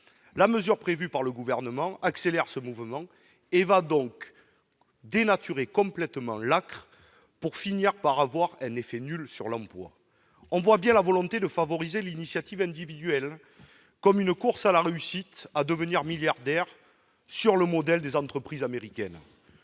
La mesure prévue par le Gouvernement accélère ce mouvement et va donc dénaturer complètement l'ACCRE, pour avoir finalement un effet nul sur l'emploi. On voit bien la volonté de favoriser l'initiative individuelle, la course à la réussite, l'intention de devenir milliardaire, sur le modèle des entreprises américaines